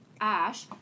Ash